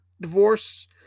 divorce